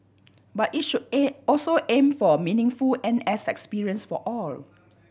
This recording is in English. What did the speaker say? but it should an also aim for a meaningful N S experience for all